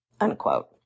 unquote